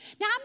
Now